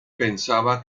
pensaba